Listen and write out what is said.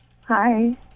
Hi